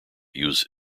use